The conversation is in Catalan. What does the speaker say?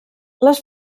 les